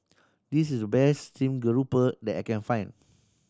this is the best stream grouper that I can find